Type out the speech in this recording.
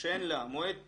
כשאין לה מועד תחילה?